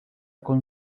con